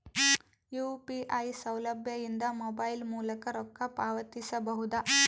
UPI ಸೌಲಭ್ಯ ಇಂದ mobile ಮೂಲಕ ರೊಕ್ಕ ಪಾವತಿಸ ಬಹುದಾ?